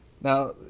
Now